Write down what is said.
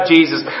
Jesus